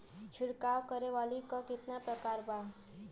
छिड़काव करे वाली क कितना प्रकार बा?